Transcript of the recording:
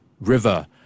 river